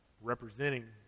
representing